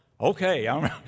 Okay